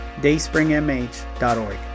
dayspringmh.org